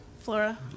Flora